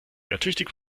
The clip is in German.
ertüchtigt